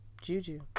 Juju